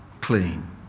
clean